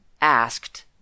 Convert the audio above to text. asked